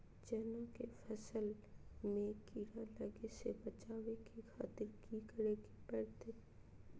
चना की फसल में कीड़ा लगने से बचाने के खातिर की करे के चाही?